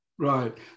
Right